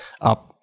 up